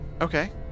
Okay